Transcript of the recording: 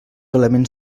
elements